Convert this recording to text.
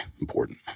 important